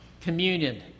communion